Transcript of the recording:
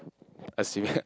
assuming